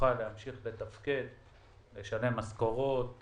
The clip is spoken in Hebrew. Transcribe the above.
תוכל להמשיך לתפקד שזה אומר לשלם משכורות,